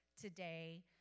today